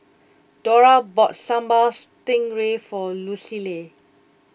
Dora bought Sambal Stingray for Lucille